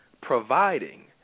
providing